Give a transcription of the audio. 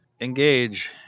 engage